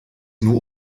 nur